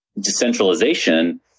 decentralization –